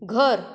घर